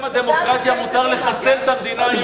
האם בשם הדמוקרטיה מותר לחסל את המדינה היהודית.